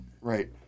Right